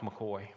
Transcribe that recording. McCoy